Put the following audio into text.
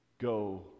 Go